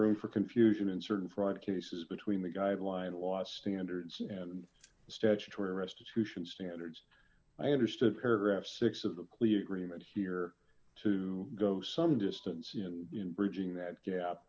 room for confusion in certain front cases between the guideline last standards and statutory restitution standards i understood paragraph six of the clear agreement here to go some distance in bridging that gap